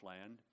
land